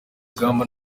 muramba